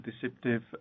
deceptive